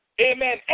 Amen